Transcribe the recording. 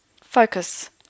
focus